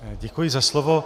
Děkuji za slovo.